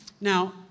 now